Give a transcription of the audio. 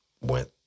went